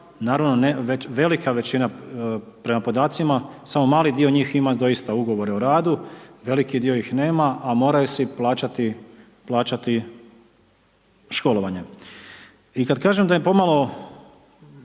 Naravno, velika količina, prema podacima, samo mali dio njih ima doista ugovor o radu, veliki dio ih nema, a moraju svi plaćati školovanje. I kada kažem da je pomalo